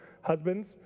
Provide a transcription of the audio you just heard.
husbands